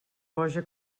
boja